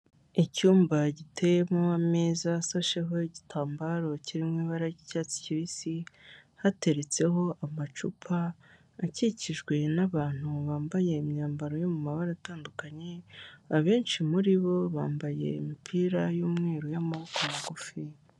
Icyumba giteyemo ameza asasheho igitambaro kirimo ibara ry'icyatsi kibisi, hateretseho amacupa akikijwe n'abantu bambaye imyambaro yo mu mabara atandukanye; abenshi muri bo bambaye imipira y'umweru y'amaboko magufi.